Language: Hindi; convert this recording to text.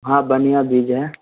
हाँ बढ़िया बीज है